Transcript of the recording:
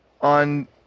on